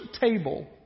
table